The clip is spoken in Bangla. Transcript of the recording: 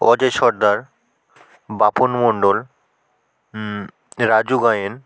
অজয় সর্দার বাপন মন্ডল রাজু গায়েন